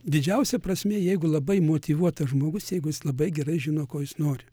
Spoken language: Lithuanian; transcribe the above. didžiausia prasmė jeigu labai motyvuotas žmogus jeigu jis labai gerai žino ko jis nori